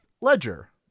Ledger